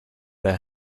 their